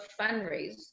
fundraise